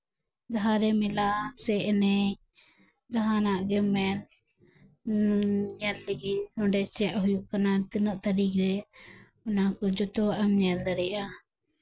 ᱡᱟᱦᱟᱸᱨᱮ ᱢᱮᱞᱟ ᱥᱮ ᱮᱱᱮᱡ ᱡᱟᱦᱟᱸᱱᱟᱜ ᱜᱮᱢ ᱢᱮᱱ ᱧᱮᱞ ᱞᱟᱹᱜᱤᱫ ᱱᱚᱸᱰᱮ ᱪᱮᱫ ᱦᱩᱭᱩᱜ ᱠᱟᱱᱟ ᱛᱤᱱᱟᱹᱜ ᱛᱟᱹᱨᱤᱠ ᱨᱮ ᱚᱱᱟ ᱠᱚ ᱡᱚᱛᱚᱣᱟᱜ ᱮᱢ ᱧᱮᱞ ᱫᱟᱲᱤᱣᱟᱜᱼᱟ